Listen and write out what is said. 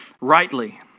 rightly